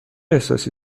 احساسی